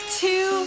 two